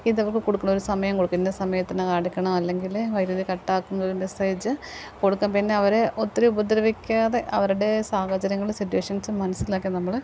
ഇത് അവർക്ക് കൊടുക്കണം ഒരു സമയം കൊടുക്കു ഇന്ന സമയത്തിന് അടയ്ക്കണം അല്ലെങ്കിൽ വൈദ്യുതി കട്ടാക്കും എന്നൊരു മെസ്സേജ് കൊടുക്കും പിന്നെ അവരെ ഒത്തിരി ഉപദ്രവിക്കാതെ അവരുടെ സാഹചര്യങ്ങൾ സിറ്റുവേഷൻസ് മനസ്സിലാക്കി നമ്മൾ